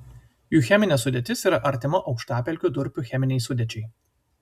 jų cheminė sudėtis yra artima aukštapelkių durpių cheminei sudėčiai